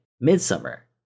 midsummer